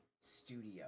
studio